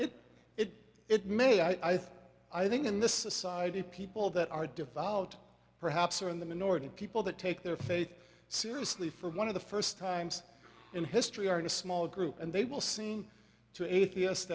it it it may i think i think in this society people that are devout perhaps or in the minority of people that take their faith seriously for one of the first times in history are in a small group and they will seem to atheists